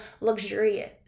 luxurious